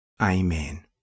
Amen